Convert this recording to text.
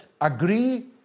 agree